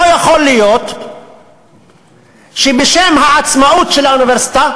לא יכול להיות שבשם העצמאות של האוניברסיטה,